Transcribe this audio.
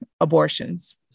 abortions